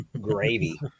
gravy